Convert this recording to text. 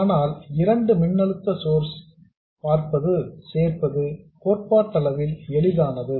ஆனால் இரண்டு மின்னழுத்த சோர்சஸ் ஐ சேர்ப்பது கோட்பாட்டளவில் எளிதானது